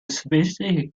specific